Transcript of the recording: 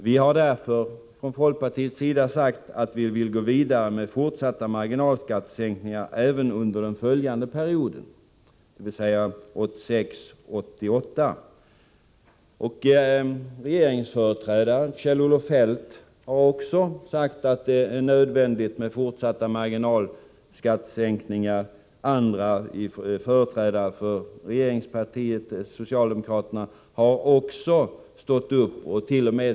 Vi har därför från folkpartiets sida sagt att vi vill gå vidare med fortsatta marginalskattesänkningar även under den följande perioden, dvs. 1986-1988. En regeringsföreträdare, Kjell-Olof Feldt, har också sagt att det är nödvändigt med fortsatta marginalskattesänkningar. Andra företrädare för regeringspartiet socialdemokraterna hart.o.m.